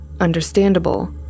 understandable